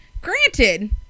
granted